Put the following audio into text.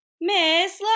Miss